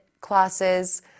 classes